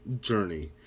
journey